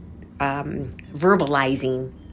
verbalizing